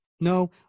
No